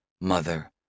mother